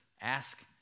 ask